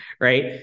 right